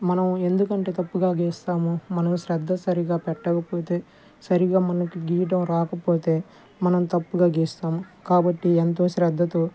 మనం ఎందుకంటే తప్పుగా గీస్తాము మనం శ్రద్ధ సరిగా పెట్టకపోతే సరిగా మనకు గీయడం రాకపోతే మనం తప్పుగా గీస్తాము కాబట్టి ఎంతో శ్రద్ధతో